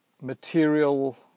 material